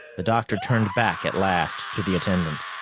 the doctor turned back at last to the attendant.